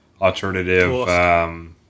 alternative